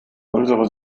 unsere